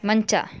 ಮಂಚ